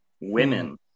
Women